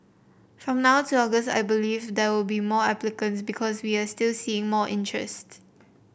from now to August I believe there will be more applicants because we are still seeing more interest